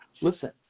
Listen